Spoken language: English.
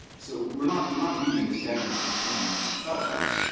so we're not we're not reading this statute as impinging on settlements.